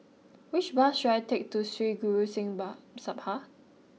which bus should I take to Sri Guru Singh Sabha